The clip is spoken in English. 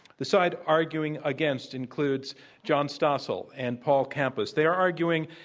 the side arguing against includes john stossel and paul campos. they are arguing